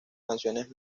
canciones